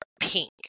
pink